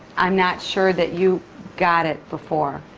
i'm not sure that you got it before.